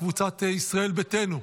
קבוצת ישראל ביתנו.